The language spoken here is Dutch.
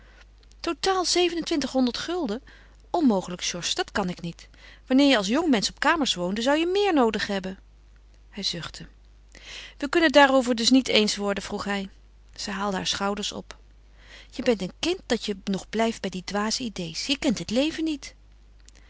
totaal zevenentwintighonderd gulden onmogelijk georges dat kan ik niet wanneer je als jongmensch op kamers woonde zou je meer noodig hebben hij zuchtte we kunnen het daarover dus niet eens worden vroeg hij ze haalde haar schouders op je bent een kind dat je nog blijft bij die dwaze idees je kent het leven niet